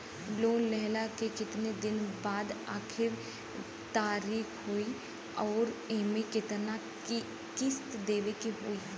Loan लेहला के कितना दिन के बाद आखिर तारीख होई अउर एमे कितना किस्त देवे के होई?